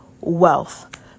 wealth